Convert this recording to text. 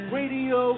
radio